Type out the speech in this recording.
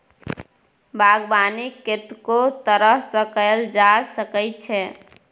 बागबानी कतेको तरह सँ कएल जा सकै छै